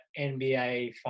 NBA